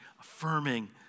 affirming